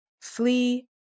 flee